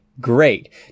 great